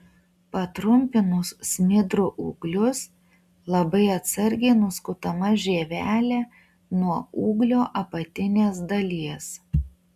patrumpinus smidrų ūglius labai atsargiai nuskutama žievelė nuo ūglio apatinės dalies